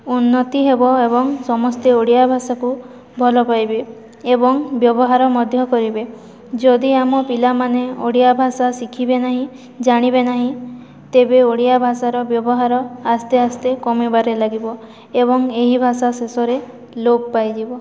ଉନ୍ନତି ହେବ ଏବଂ ସମସ୍ତେ ଓଡ଼ିଆ ଭାଷାକୁ ଭଲ ପାଇବେ ଏବଂ ବ୍ୟବହାର ମଧ୍ୟ କରିବେ ଯଦି ଆମ ପିଲାମାନେ ଓଡ଼ିଆ ଭାଷା ଶିଖିବେ ନାହିଁ ଜାଣିବେ ନାହିଁ ତେବେ ଓଡ଼ିଆ ଭାଷାର ବ୍ୟବହାର ଆସ୍ତେ ଆସ୍ତେ କମିବାରେ ଲାଗିବ ଏବଂ ଏହି ଭାଷା ଶେଷରେ ଲୋପ ପାଇଯିବ